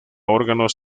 órganos